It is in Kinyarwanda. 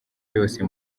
yose